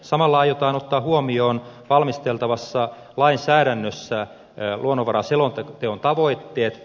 samalla aiotaan ottaa huomioon valmisteltavassa lainsäädännössä luonnonvaraselonteon tavoitteet